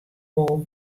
wol